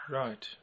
right